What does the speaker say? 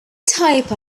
type